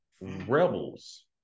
Rebels